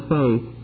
faith